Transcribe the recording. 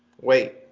wait